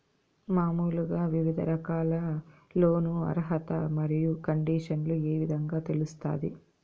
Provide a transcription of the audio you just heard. మామూలుగా వివిధ రకాల లోను అర్హత మరియు కండిషన్లు ఏ విధంగా తెలుస్తాది?